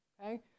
Okay